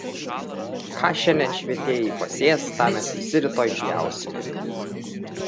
ką šiandien švietėjai pasės tą mes visi rytoj pjausime